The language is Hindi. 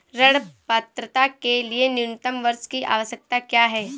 ऋण पात्रता के लिए न्यूनतम वर्ष की आवश्यकता क्या है?